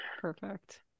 Perfect